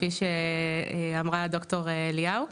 כפי שאמרה ד"ר אליהו.